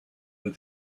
with